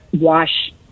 wash